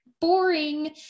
boring